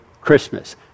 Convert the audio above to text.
Christmas